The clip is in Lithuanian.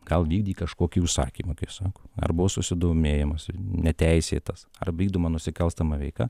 gal vykdė kažkokį užsakymą kaip sako ar buvo susidomėjimas neteisėtas ar vykdoma nusikalstama veika